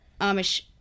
Amish